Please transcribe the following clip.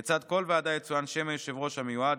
לצד כל ועדה יצוין שם היושב-ראש המיועד.